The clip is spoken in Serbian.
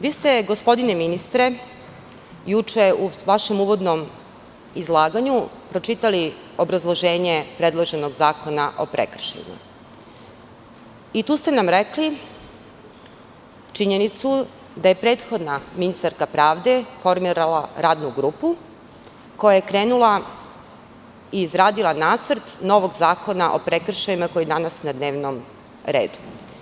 Vi ste gospodine ministre, juče u vašem uvodnom izlaganju pročitali obrazloženje predloženog zakona o prekršajima i tu ste nam rekli činjenicu da je prethodna ministarka pravde formirala radnu grupu koja je krenula i izradila nacrt novog zakona o prekršajima koji je danas na dnevnom redu.